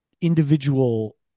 individual